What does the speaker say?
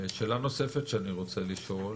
שאלה נוספת שאני רוצה לשאול,